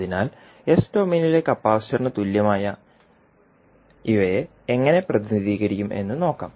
അതിനാൽ എസ് ഡൊമെയ്നിലെ കപ്പാസിറ്ററിന് തുല്യമായവയെ എങ്ങനെ പ്രതിനിധീകരിക്കും എന്ന് നോക്കാം